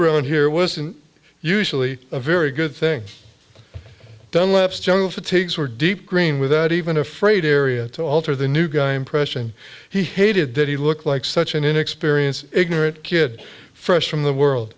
around here wasn't usually a very good thing dunlap's jungle fatigues were deep green without even afraid area to alter the new guy impression he hated that he looked like such an inexperienced ignorant kid fresh from the world